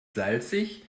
salzig